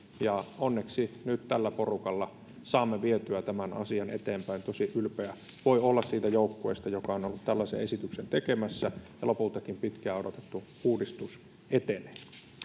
ja onneksi nyt tällä porukalla saamme vietyä tämän asian eteenpäin tosi ylpeä voi olla siitä joukkueesta joka on ollut tällaisen esityksen tekemässä lopultakin pitkään odotettu uudistus etenee